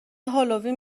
هالوین